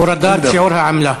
הורדת שיעור העמלה.